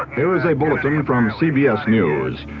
there is a bulletin from cbs news.